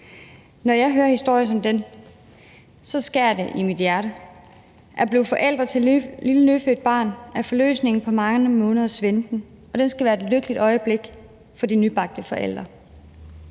Når jeg hører historier som den, skærer det mig hjertet. At blive forældre til lille nyfødt barn er forløsningen på mange måneders venten, og det skal være et lykkeligt øjeblik for de nybagte forældre.